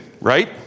right